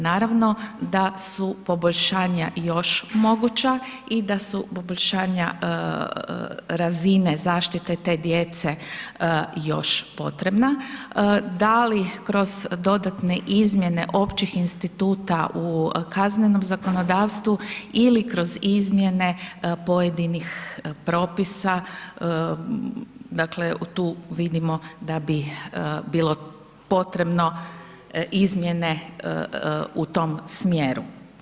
Naravno da su poboljšanja još moguća i da su poboljšanja razine zaštite te djece još potrebna, da li kroz dodatne izmjene općih instituta u kaznenom zakonodavstvu ili kroz izmjene pojedinih propisa, dakle tu vidimo da bi bilo potrebno izmjene u tom smjeru.